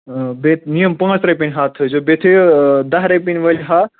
بیٚیہِ یِم پانٛژھ رۄپِنۍ ہَتھ تھٲیزیو بیٚیہِ تھٲیِو دَہ رۄپِنۍ وٲلۍ ہَتھ